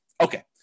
Okay